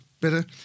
better